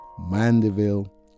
Mandeville